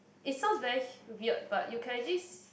it sounds very h~ weird but you can actually see